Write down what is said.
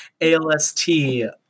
ALST